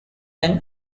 ten